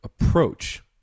approach